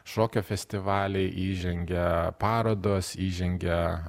šokio festivaliai įžengia parodos įžengia